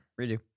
Redo